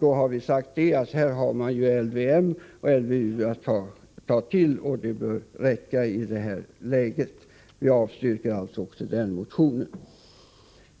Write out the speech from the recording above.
Vi har sagt att man har LVM och LVU att ta till, och det bör räcka i det läget. Vi avstyrker alltså den motionen.